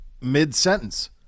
mid-sentence